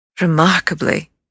Remarkably